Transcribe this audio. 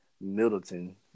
Middleton